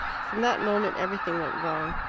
from that moment everything went wrong.